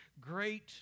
great